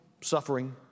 suffering